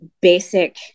basic